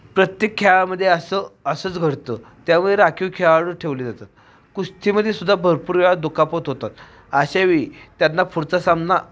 प्रत्येक खेळामध्ये असं असंच घडतं त्यावेळी राखीव खेळाडू ठेवले जातात कुस्तीमध्ये सुद्धा भरपूर वेळा दुखापत होतात अशावेळी त्यांना पुढचा सामना